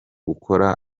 gukora